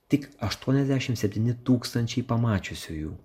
tik aštuoniasdešim septyni tūkstančiai pamačiusiųjų